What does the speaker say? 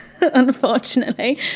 unfortunately